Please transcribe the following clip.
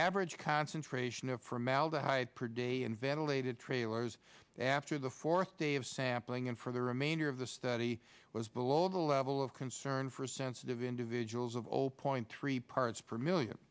average concentration of formaldehyde per day in ventilated trailers after the fourth day of sampling and for the remainder of the study was below the level of concern for sensitive individuals of zero point three parts per million